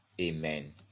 amen